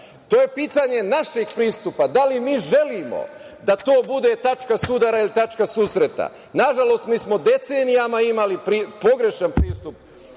To je pitanje naših pristupa, da li mi želimo da to bude tačka sudara ili tačka susreta. Nažalost, mi smo decenijama imali pogrešan pristup